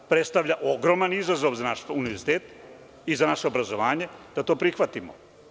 Predstavlja ogroman izazov za naš univerzitet i za naše obrazovanje da to prihvatimo.